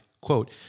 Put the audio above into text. quote